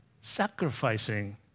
sacrificing